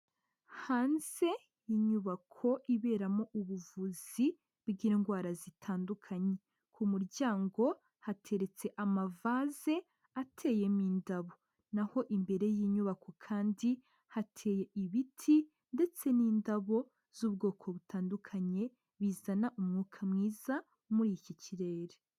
Hanzey' inyubako iberamo ubuvuzi bw'indwara zitandukanye, ku muryango hateretse amavase ateyemo indabo, n'aho imbere y'inyubako kandi hateye ibiti ndetse n'indabo z'ubwoko butandukanye bizana umwuka mwiza muri iki kirere.